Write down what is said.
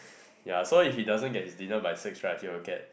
ya so if he doesn't get his dinner by six right he will get